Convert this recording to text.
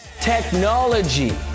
Technology